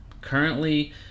currently